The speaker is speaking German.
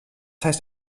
heißt